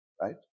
right